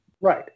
Right